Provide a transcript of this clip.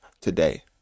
today